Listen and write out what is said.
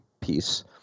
piece